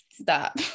stop